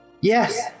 yes